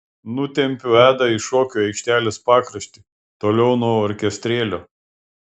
nutempiu edą į šokių aikštelės pakraštį toliau nuo orkestrėlio